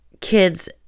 kids